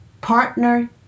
Partner